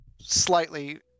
slightly